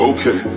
Okay